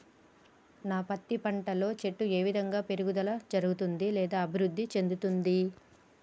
నా పత్తి పంట లో చెట్టు ఏ విధంగా పెరుగుదల జరుగుతుంది లేదా అభివృద్ధి చెందుతుంది?